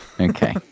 Okay